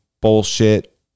bullshit